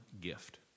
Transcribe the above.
gift